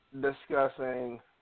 discussing